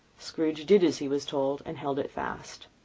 scrooge did as he was told, and held it fast.